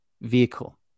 vehicle